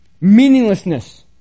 meaninglessness